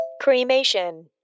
Cremation